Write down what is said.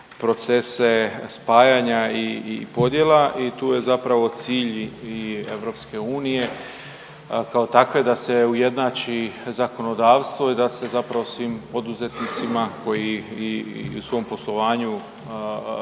procese spajanja i podjela i tu je zapravo cilj i EU kao takve da se ujednači zakonodavstvo i da se zapravo svim poduzetnicima koji i u svom poslovanju